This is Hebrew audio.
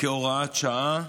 (הוראת שעה),